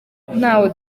ntaho